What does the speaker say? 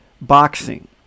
Boxing